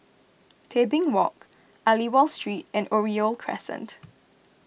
Tebing Walk Aliwal Street and Oriole Crescent